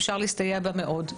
אפשר להסתייע בה מאוד.